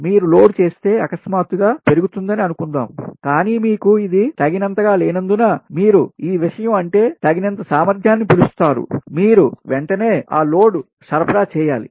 మీరు లోడ్ చేస్తే అకస్మాత్తుగా పెరుగుతుందని అనుకుందాం కానీ మీకు ఇది ఈ విషయం తగినంత గా లేనందున మీరు ఈ విషయం అంటే తగినంత సామర్థ్యాన్ని పిలుస్తారు మీరు వెంటనే ఆ లోడ్ సరఫరా చేయాలి